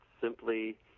simply